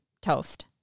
Toast